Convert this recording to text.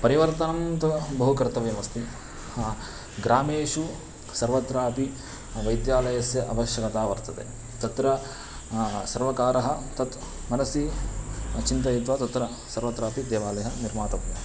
परिवर्तनं तु बहु कर्तव्यमस्ति ग्रामेषु सर्वत्रापि वैद्यालयस्य आवश्यकता वर्तते तत्र सर्वकारः तत् मनसि चिन्तयित्वा तत्र सर्वत्रापि देवालयः निर्मातव्यः